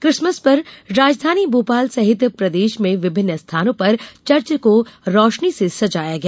Christmas पर राजधानी भोपाल सहित प्रदेश में विभिन्न स्थानों पर चर्च को रोशनी से सजाया गया